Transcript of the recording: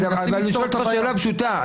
אני אתן לך דוגמה פשוטה.